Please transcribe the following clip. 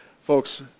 Folks